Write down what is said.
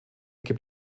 gibt